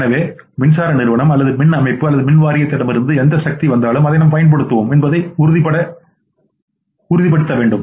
எனவே மின்சாரம் நிறுவனம் அல்லது மின் அமைப்பு அல்லது மின் வாரியத்திடமிருந்து எந்த சக்தி வந்தாலும் அதை நாம் பயன்படுத்துவோம் என்பதை உறுதிப்படுத்த வேண்டும்